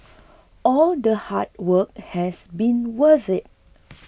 all the hard work has been worth it